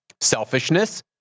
Selfishness